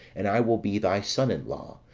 and i will be thy son in law,